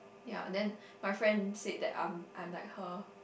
ya then my friend said that I'm I'm like her